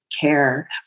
care